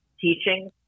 teaching